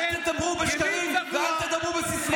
אל תדברו בשקרים ואל תדברו בסיסמאות.